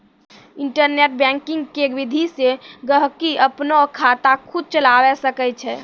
internet banking के विधि से गहकि अपनो खाता खुद चलावै सकै छै